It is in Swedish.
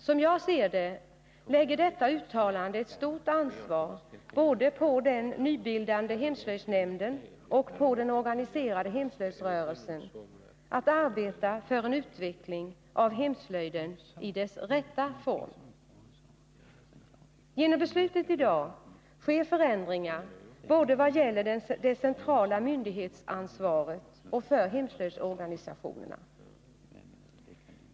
Som jag ser det lägger detta uttalande ett stort ansvar både på den nybildade hemslöjdsnämnden och på den organiserade hemslöjdsrörelsen att arbeta för en utveckling av hemslöjden i dess rätta form. Genom beslutet i dag sker förändringar som gäller både det centrala myndighetsansvaret och hemslöjdsorganisationerna.